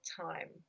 time